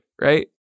right